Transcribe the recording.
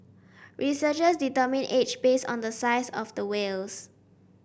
researchers determine age based on the size of the whales